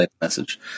message